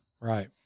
Right